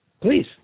Please